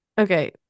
Okay